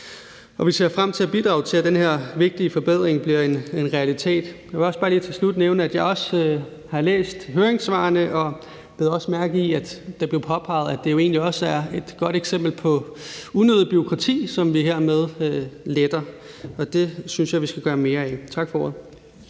Og vi ser frem til at bidrage til, at den her vigtige forbedring bliver en realitet. Jeg vil bare lige til slut nævne, at jeg også har læst høringssvarene og bed mærke i, at det blev påpeget, at det jo egentlig også er et godt eksempel på unødigt bureaukrati, som vi hermed letter. Og det synes jeg vi skal gøre mere af. Tak for ordet.